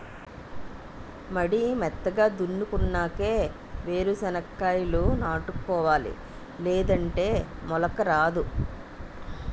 మడి మెత్తగా దున్నునాకే ఏరు సెనక్కాయాలు నాటుకోవాలి లేదంటే మొలక రాదు